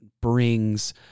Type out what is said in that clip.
brings